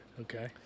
Okay